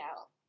out